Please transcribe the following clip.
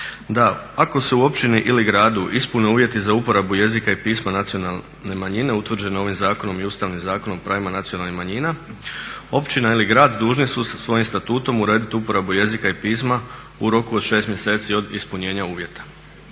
da ako se u općini ili gradu ispune uvjeti za uporabu jezika i pisma nacionalne manjine utvrđene ovim zakonom i Ustavnim zakonom o pravima nacionalnih manjina općina ili grad dužni su svojim statutom urediti uporabu jezika i pisma u roku od 6 mjeseci od ispunjenja uvjeta.